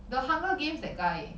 the hunger games that guy